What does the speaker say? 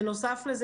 בנוסף לכך,